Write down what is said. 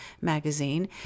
magazine